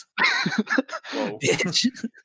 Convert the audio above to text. bitch